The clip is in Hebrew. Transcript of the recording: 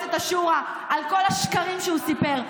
למועצת השורא ועל כל השקרים שהוא סיפר.